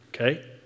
okay